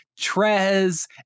Trez